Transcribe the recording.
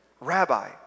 Rabbi